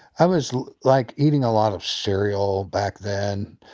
i was like eating a lot of cereal back then.